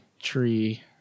tree